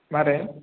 माबोरै